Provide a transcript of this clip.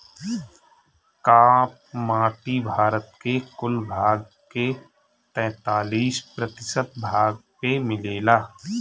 काप माटी भारत के कुल भाग के तैंतालीस प्रतिशत भाग पे मिलेला